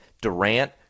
Durant